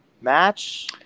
match